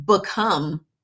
become